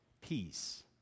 peace